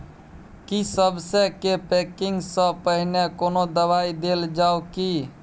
की सबसे के पैकिंग स पहिने कोनो दबाई देल जाव की?